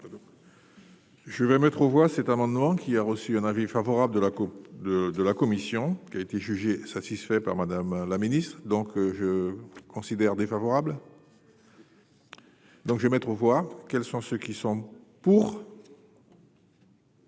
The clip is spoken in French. Je vais mettre aux voix cet amendement qui a reçu un avis favorable de la Coupe de de la commission qui a été jugé satisfait par Madame la Ministre, donc je considère défavorable. Donc, je vais mettre aux voix, quels sont ceux qui sont pour.